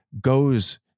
goes